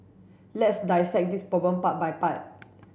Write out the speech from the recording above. let's dissect this problem part by part